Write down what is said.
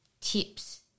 tips